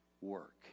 work